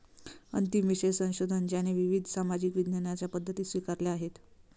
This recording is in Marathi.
अंतिम विषय संशोधन ज्याने विविध सामाजिक विज्ञानांच्या पद्धती स्वीकारल्या आहेत